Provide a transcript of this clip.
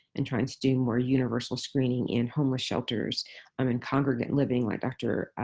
and trying to do more universal screening in homeless shelters um and congregant living, like dr.